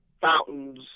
fountains